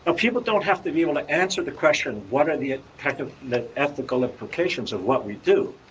ah people don't have to be able to answer the question, what are the kind of the ethical implications of what we do?